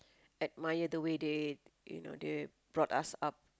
admire the way they you know they brought us up